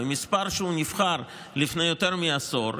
ומספר שנבחר לפני יותר מעשור,